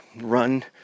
run